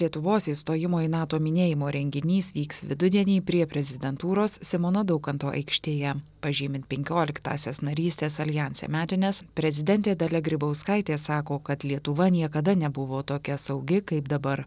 lietuvos įstojimo į nato minėjimo renginys vyks vidudienį prie prezidentūros simono daukanto aikštėje pažymint penkioliktąsias narystės aljanse metines prezidentė dalia grybauskaitė sako kad lietuva niekada nebuvo tokia saugi kaip dabar